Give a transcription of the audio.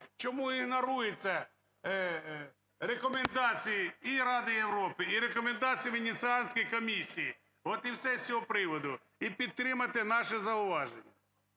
Чому ігноруються рекомендації і Ради Європи, і рекомендації Венеціанської комісії? От і все з цього приводу. І підтримати наше зауваження.